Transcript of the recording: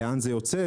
לאן זה יוצא,